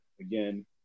again